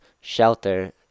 Shelter